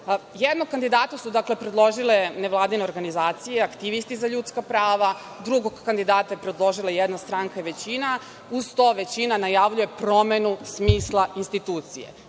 kandidata su, dakle, predložile nevladine organizacije, aktivisti za ljudska prava, drugog kandidata je predložila jedna stranka i većina, a uz to, većina najavljuje promenu smisla institucije.